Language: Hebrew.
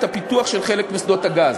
את הפיתוח של חלק משדות הגז.